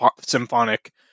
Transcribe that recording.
symphonic